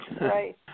Right